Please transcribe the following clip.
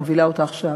מובילה עכשיו.